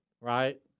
right